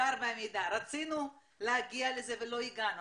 המחקר והמידע רצינו להגיע לזה ולא הגענו,